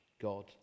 God